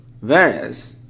Whereas